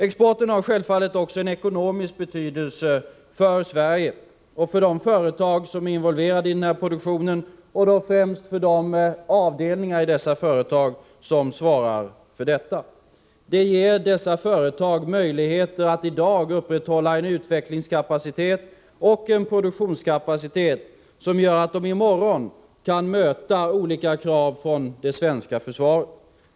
Exporten har självfallet också en ekonomisk betydelse för Sverige och för de företag som är involverade i denna produktion, främst för de avdelningar i dessa företag som svarar för denna tillverkning. Det ger dessa företag möjligheter att i dag upprätthålla en utvecklingskapacitet och en produktionskapacitet som gör att de i morgon kan möta olika krav från det svenska försvaret.